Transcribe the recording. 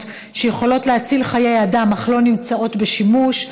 שיכולות להציל חיי אדם אך הן אינן נמצאות בשימוש,